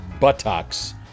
buttocks